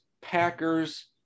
Packers